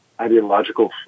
ideological